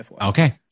Okay